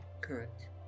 correct